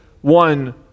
one